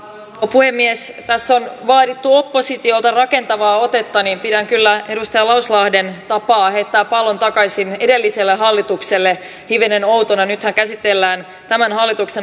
puhemies tässä on vaadittu oppositiolta rakentavaa otetta ja pidän kyllä edustaja lauslahden tapaa heittää pallo takaisin edelliselle hallitukselle hivenen outona nythän käsitellään tämän hallituksen